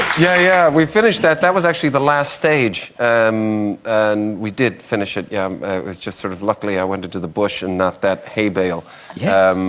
yeah yeah we finished that that was actually the last stage and we did finish it. yeah, it was just sort of luckily. i went into the bush and not that hay bale yeah,